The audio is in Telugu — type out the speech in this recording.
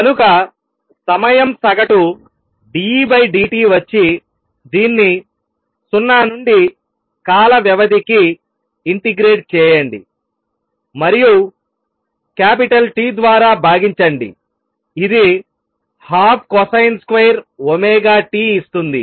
కనుక సమయం సగటు d E d t వచ్చి దీన్ని 0 నుండి కాల వ్యవధికి ఇంటిగ్రేట్ చేయండి మరియు T ద్వారా భాగించండిఇది ½ కొసైన్ స్క్వేర్ ఒమేగా T ఇస్తుంది